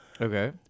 Okay